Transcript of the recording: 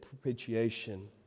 propitiation